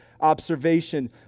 observation